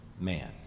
man